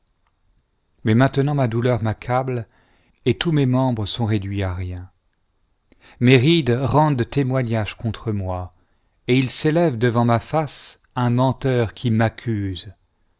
mais maintenant ma douleur m'accable et tous mes membres sont réduits à rien m de rendent témoignage contre moi et il s'élève devant ma face un menteur qui m'accuse